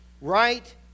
right